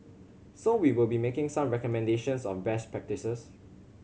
so we will be making some recommendations of best practices